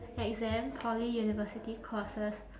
exam poly university courses